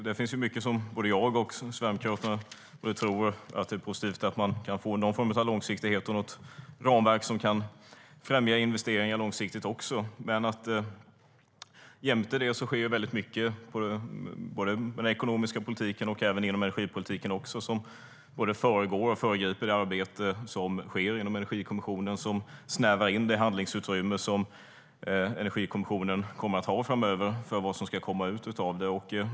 Det finns mycket som både jag och Sverigedemokraterna tror är positivt, att man kan få någon form av långsiktighet och något ramverk som kan främja investeringar långsiktigt. Men jämte det sker mycket i den ekonomiska politiken och även inom energipolitiken som både föregår och föregriper det arbete som sker inom Energikommissionen och som snävar in det handlingsutrymme som Energikommissionen kommer att ha framöver för vad som ska komma ut.